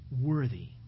worthy